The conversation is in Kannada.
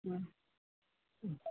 ಹ್ಞೂ ಹ್ಞೂ